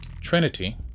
Trinity